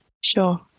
Sure